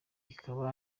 ikaba